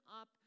up